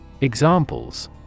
Examples